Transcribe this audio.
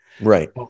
Right